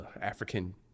African